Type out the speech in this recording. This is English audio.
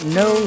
no